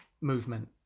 movement